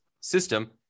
system